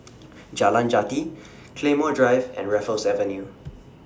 Jalan Jati Claymore Drive and Raffles Avenue